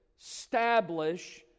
establish